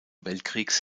weltkriegs